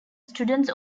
students